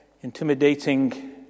intimidating